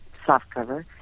Softcover